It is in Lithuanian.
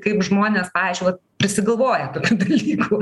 kaip žmonės aišku kad prisigalvoja tokių dalykų